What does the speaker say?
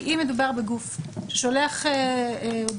כי אם מדובר בגוף ששולח הודעה,